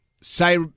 say